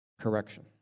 correction